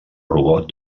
robot